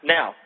Now